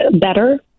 better